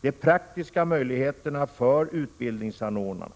De praktiska möjligheterna för utbildningsanordnarna